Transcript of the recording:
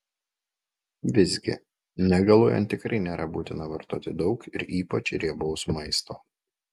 visgi negaluojant tikrai nėra būtina vartoti daug ir ypač riebaus maisto